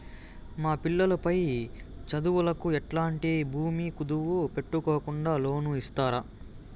మా పిల్లలు పై చదువులకు ఎట్లాంటి భూమి కుదువు పెట్టుకోకుండా లోను ఇస్తారా